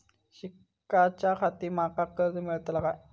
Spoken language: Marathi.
शिकाच्याखाती माका कर्ज मेलतळा काय?